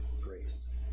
grace